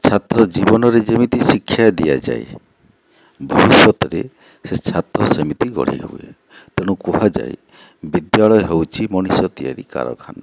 ଛାତ୍ର ଜୀବନରେ ଯେମିତି ଶିକ୍ଷା ଦିଆଯାଏ ଭବିଷ୍ୟତରେ ସେ ଛାତ୍ର ସେମିତି ଗଢ଼ି ହୁଏ ତେଣୁ କୁହାଯାଏ ବିଦ୍ୟାଳୟ ହେଉଛି ମଣିଷ ତିଆରି କାରଖାନା